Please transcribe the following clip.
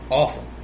awful